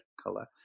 color